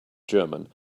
german